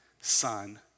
son